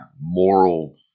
moral